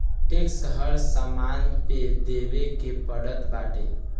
tax हर सामान पे देवे के पड़त बाटे